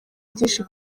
byinshi